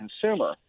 consumer